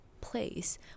place